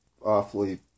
awfully